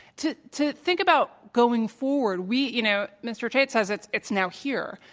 to to think about going forward, we, you know, mr. chait says it's it's now here.